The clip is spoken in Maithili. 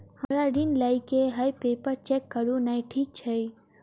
हमरा ऋण लई केँ हय पेपर चेक करू नै ठीक छई?